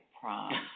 prom